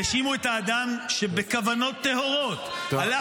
-- והאשימו את האדם שבכוונות טהורות הלך